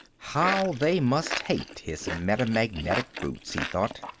how they must hate his metamagnetic boots, he thought!